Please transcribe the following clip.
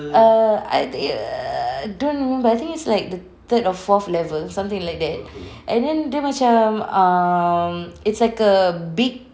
err err don't know but I think it's like the third or fourth level something like that and then dia macam um it's like a big